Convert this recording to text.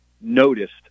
noticed